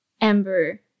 Ember